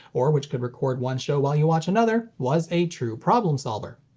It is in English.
or which could record one show while you watch another, was a true problem-solver.